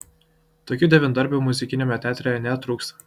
tokių devyndarbių muzikiniame teatre netrūksta